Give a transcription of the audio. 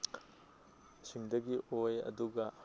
ꯁꯤꯡꯗꯒꯤ ꯑꯣꯏ ꯑꯗꯨꯒ